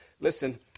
listen